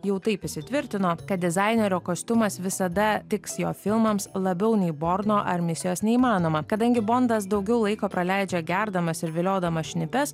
jau taip įsitvirtinote kad dizainerio kostiumas visada tiks jo filmams labiau nei borno ar misijos neįmanoma kadangi bondas daugiau laiko praleidžia gerdamas ir viliodamas šnipes